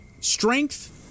Strength